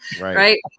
right